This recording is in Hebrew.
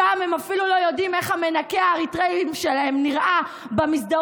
שם הם אפילו לא יודעים איך המנקה האריתריאי שלהם נראה במסדרון.